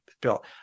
bill